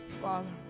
Father